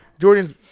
jordan's